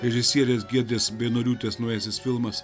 režisierės giedrės beinoriūtės naujasis filmas